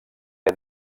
que